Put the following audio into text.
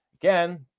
again